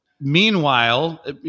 meanwhile